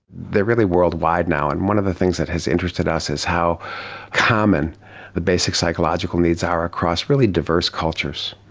they are really worldwide now, and one of the things that has interested us is how common the basic psychological needs are across really diverse cultures.